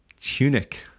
tunic